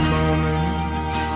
Moments